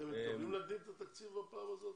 אתם מתכוונים להגדיל את התקציב בנגלה